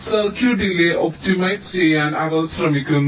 circuit delay optimise ചെയ്യാൻ അവർ ശ്രമിക്കുന്നു